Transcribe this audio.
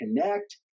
connect